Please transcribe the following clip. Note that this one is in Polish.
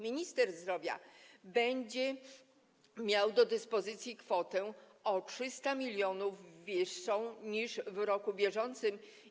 Minister zdrowia będzie miał do dyspozycji kwotę o 300 mln wyższą niż w roku bieżącym.